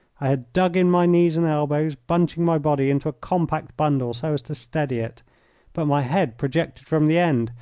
i had dug in my knees and elbows, bunching my body into a compact bundle so as to steady it but my head projected from the end,